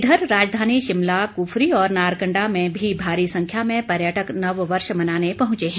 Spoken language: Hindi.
इधर राजधानी शिमला क्फरी और नारकण्डा में भी भारी संख्या में पर्यटक नववर्ष मनाने पहंचे हैं